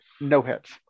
no-hits